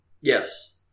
Yes